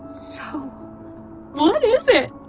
so what is it?